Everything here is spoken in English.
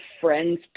friends